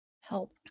help